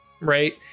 right